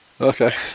Okay